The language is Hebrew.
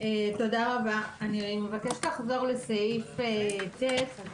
תודה רבה, אני מבקשת לחזור לסעיף (ט).